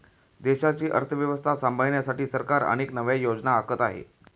देशाची अर्थव्यवस्था सांभाळण्यासाठी सरकार अनेक नव्या योजना आखत आहे